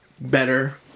better